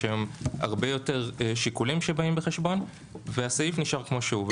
יש היום הרבה יותר שיקולים שבאים בחשבון והסעיף נשאר כמו שהוא.